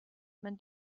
man